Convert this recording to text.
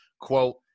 quote